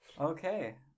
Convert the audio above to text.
Okay